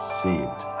saved